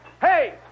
hey